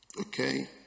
Okay